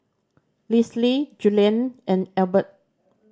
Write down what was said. Lisle Julian and Albert